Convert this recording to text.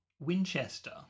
Winchester